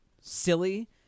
silly